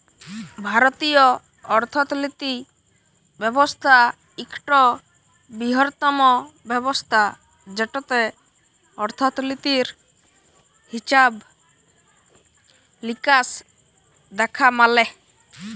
ভারতীয় অথ্থলিতি ব্যবস্থা ইকট বিরহত্তম ব্যবস্থা যেটতে অথ্থলিতির হিছাব লিকাস দ্যাখা ম্যালে